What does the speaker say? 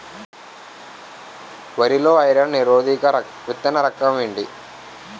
వరి లో ఐరన్ నిరోధక విత్తన రకం ఏంటి?